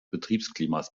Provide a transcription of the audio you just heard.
betriebsklimas